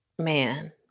Man